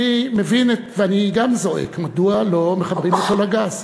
אני גם זועק: מדוע לא מחברים אותו לגז?